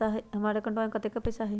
हमार अकाउंटवा में कतेइक पैसा हई?